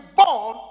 born